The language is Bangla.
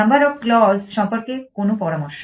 নম্বর অফ ক্লজেস সম্পর্কে কোন পরামর্শ